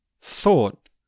thought